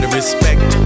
respect